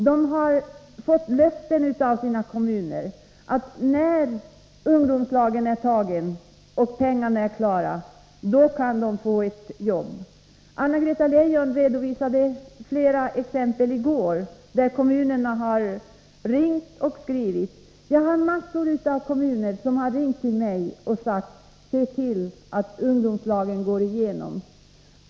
De har fått löften av sina kommuner om att de när ungdomslagen har beslutats och pengarna är klara skall få ett jobb. Anna-Greta Leijon redovisade i går flera exempel på att kommuner har ringt och skrivit. Mängder av kommuner har ringt till mig och sagt att vi skall se till att förslaget om ungdomslag går igenom.